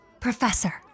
Professor